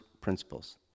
principles